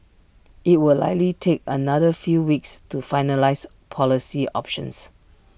IT will likely take another few weeks to finalise policy options